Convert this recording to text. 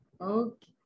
okay